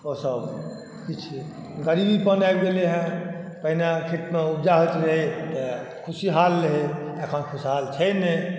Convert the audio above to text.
ओसभ जे छै गरीबीपन आबि गेलैया हँ पहिने खेतमे उपजा होइत रहै खुशहाल रहै अखन खुशहाल छै नहि